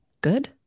good